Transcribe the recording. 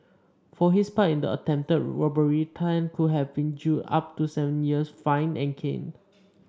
for his part in the attempted robbery Tan could have been jailed up to seven years fined and caned